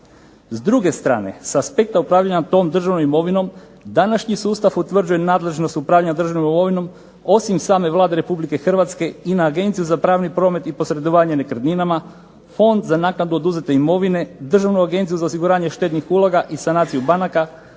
S druge strane, s aspekta upravljanja tom državnom imovinom, današnji sustav utvrđen nadležnost upravljanja državnom imovinom osim same Vlade Republike Hrvatske i na Agencija za pravni promet i posredovanje nekretninama, Fond za naknadu oduzete imovine, Državnu agenciju za osiguranje štednih uloga i sanaciju banaka,